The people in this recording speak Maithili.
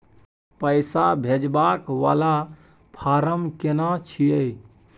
पैसा भेजबाक वाला फारम केना छिए?